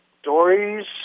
Stories